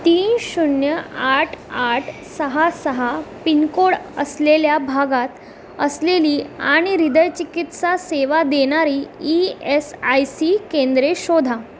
तीन शून्य आठ आठ सहा सहा पिनकोड असलेल्या भागात असलेली आणि हृदयचिकित्सा सेवा देणारी ई एस आय सी केंद्रे शोधा